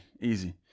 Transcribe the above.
Easy